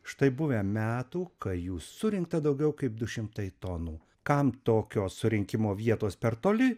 štai buvę metų kai jų surinkta daugiau kaip du šimtai tonų kam tokios surinkimo vietos per toli